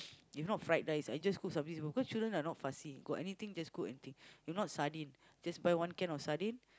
if not fried rice I just cook something simple cause children are not fussy if got anything just cook anything if not sardine just buy one can of sardine